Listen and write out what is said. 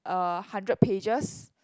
a hundred pages